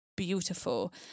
Beautiful